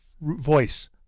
voice